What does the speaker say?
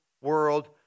world